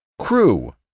Crew